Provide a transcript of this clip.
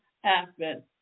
happen